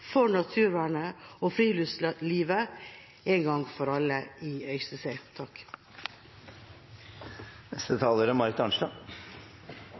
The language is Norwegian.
for reiselivet, for naturvernet og for friluftslivet en gang for alle i Øystese.